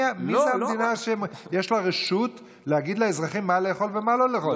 מי זו המדינה שיש לה רשות להגיד לאזרחים מה לאכול ומה לא לאכול?